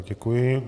Děkuji.